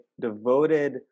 devoted